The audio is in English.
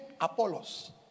Apollos